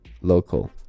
local